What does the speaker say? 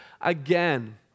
again